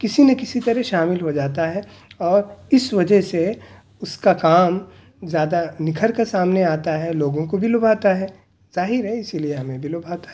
کسی نہ کسی طرح شامل ہو جاتا ہے اور اس وجہ سے اس کا کام زیادہ نکھر کر سامنے آتا ہے لوگوں کو بھی لبھاتا ہے ظاہر ہے اسی لیے ہمیں بھی لبھاتا ہے